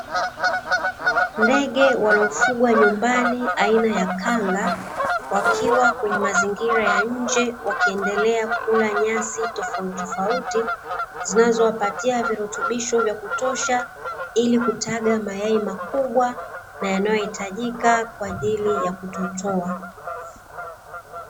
Ndege wanaofugwa nyumbani aina ya kanga, wakiwa kwenye mazingira ya nje, wakiendelea kula nyasi tofautitofauti zinazowapatia virutubisho vya kutosha ili kutaga mayai makubwa na yanayohitajika kwa ajili ya kutotoa.